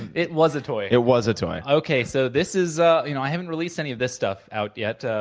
and it was a toy. it was a toy. okay, so this is you know i haven't released any of this stuff out, yet. ah